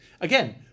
again